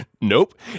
nope